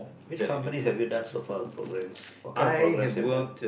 which company have you done so far programs what kind of programs you have done